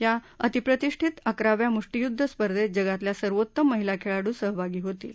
या अतिप्रतिष्ठीत अकराव्या मुष्टीयुद्व स्पर्धेत जगातल्या सर्वोत्तम महिला खेळाडू सहभागी होतील